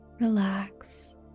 relax